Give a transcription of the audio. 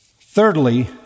Thirdly